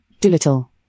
Doolittle